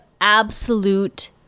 absolute